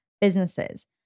businesses